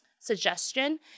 suggestion